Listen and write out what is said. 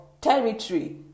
territory